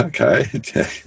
Okay